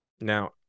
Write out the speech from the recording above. Now